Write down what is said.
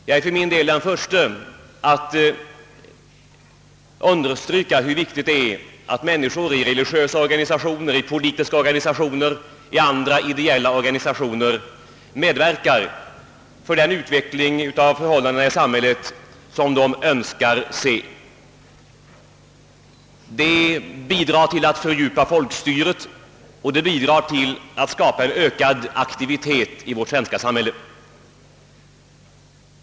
Jag är den förste att understryka hur viktigt det är att människor i religiösa, politiska och andra ideella organisationer medverkar till den utveckling av förhållandena i samhället som de önskar se. De bidrar därmed till att fördjupa folkstyret och till att skapa ökad aktivitet i vårt samhälle.